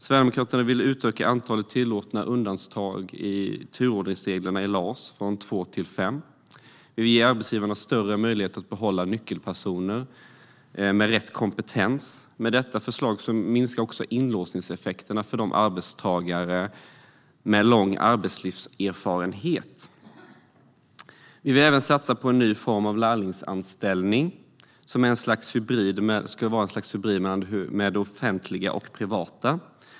Sverigedemokraterna vill utöka antalet tillåtna undantag i turordningsreglerna i LAS från två till fem. Vi vill ge arbetsgivarna större möjligheter att behålla nyckelpersoner med rätt kompetens. Med detta förslag minskar också inlåsningseffekterna för arbetstagare med lång arbetslivserfarenhet. Vi vill även satsa på en ny form av lärlingsanställning som ska vara ett slags hybrid mellan det offentliga och det privata.